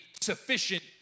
sufficient